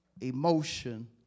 emotion